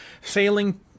failing